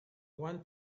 one